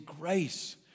grace